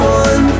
one